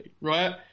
right